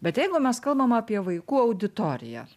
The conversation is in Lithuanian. bet jeigu mes kalbam apie vaikų auditoriją